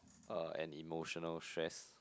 uh and emotional stress